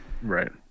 Right